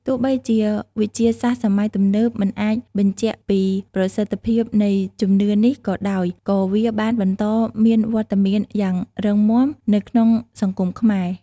ទោះបីជាវិទ្យាសាស្រ្តសម័យទំនើបមិនអាចបញ្ជាក់ពីប្រសិទ្ធភាពនៃជំនឿនេះក៏ដោយក៏វាបានបន្តមានវត្តមានយ៉ាងរឹងមាំនៅក្នុងសង្គមខ្មែរ។